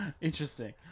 Interesting